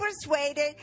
persuaded